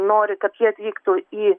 nori kad jie atvyktų į